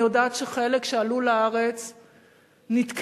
אני יודעת שחלק שעלו לארץ נתקלו,